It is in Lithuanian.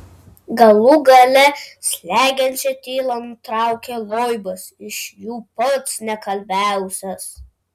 galų gale slegiančią tylą nutraukė loibas iš jų pats nekalbiausias